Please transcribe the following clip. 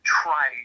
try